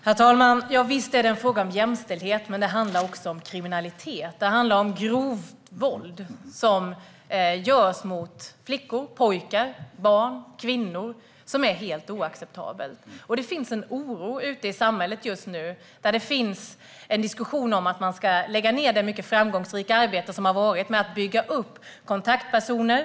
Herr talman! Visst är det en fråga om jämställdhet, men det handlar också om kriminalitet. Det handlar om att flickor, pojkar och kvinnor utsätts för grovt våld, vilket är helt oacceptabelt. Det finns en oro i samhället för att man ska lägga ned det mycket framgångsrika arbete som har gjorts för att bygga upp ett nätverk med kontaktpersoner.